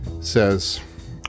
says